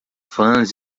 fãs